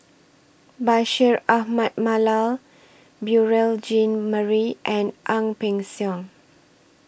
Bashir Ahmad Mallal Beurel Jean Marie and Ang Peng Siong